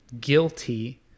guilty